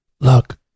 Look